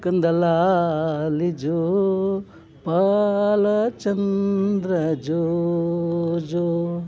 ಕಂದ ಲಾಲಿ ಜೋ ಬಾಲಚಂದ್ರ ಜೋ ಜೋ